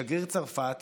שגריר צרפת